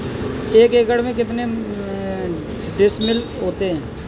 एक एकड़ में कितने डिसमिल होता है?